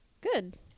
Good